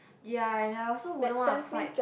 ya and I also wouldn't want to fight